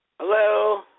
Hello